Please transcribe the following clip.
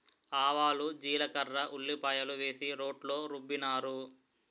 ఆవాలు జీలకర్ర ఉల్లిపాయలు వేసి రోట్లో రుబ్బినారు